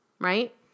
Right